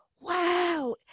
wow